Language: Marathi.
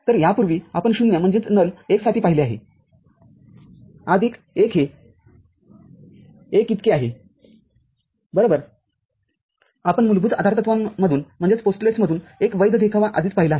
तर यापूर्वी आपण शून्य १ साठी पाहिले आहे x आदिक १ हे १ इतके आहेबरोबर आपण मूलभूत आधारतत्वांमधून एक वैध देखावा आधीच पाहिला आहे